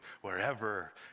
wherever